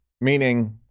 Meaning